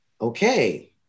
okay